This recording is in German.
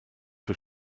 für